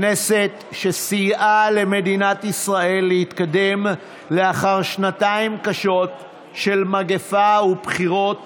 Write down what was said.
כנסת שסייעה למדינת ישראל להתקדם לאחר שנתיים קשות של מגפה ובחירות